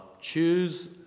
choose